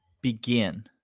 begin